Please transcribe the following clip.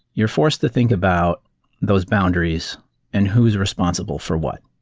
you're forced to think about those boundaries and who is responsible for what.